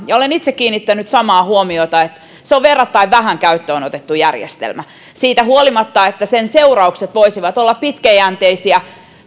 olen itse kiinnittänyt samaan huomiota että se on verrattain vähän käyttöön otettu järjestelmä siitä huolimatta että sen seuraukset voisivat olla pitkäjänteisiä